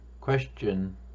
question